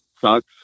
sucks